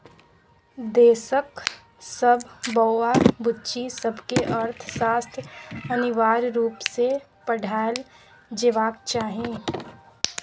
देशक सब बौआ बुच्ची सबकेँ अर्थशास्त्र अनिवार्य रुप सँ पढ़ाएल जेबाक चाही